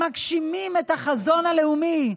הם מגשימים את החזון הלאומי.